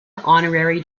honorary